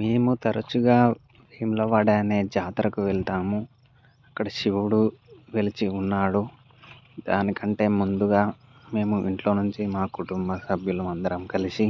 మేము తరచుగా వేములవాడా అనే జాతరకు వెళ్తాము అక్కడ శివుడు వెలసి ఉన్నాడు దానికంటే ముందుగా మేము ఇంట్లో నుంచి మా కుటుంబ సభ్యులం అందరం కలిసి